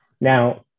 now